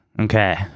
Okay